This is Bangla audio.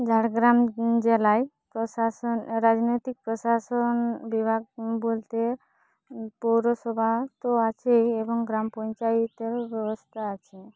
ঝাড়গ্রাম জেলায় প্রশাসন রাজনৈতিক প্রশাসন বিভাগ বলতে পৌরসভা তো আছেই এবং গ্রাম পঞ্চায়েতেরও ব্যবস্থা আছে